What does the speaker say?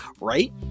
right